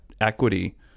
equity